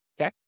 Okay